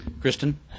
Kristen